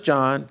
John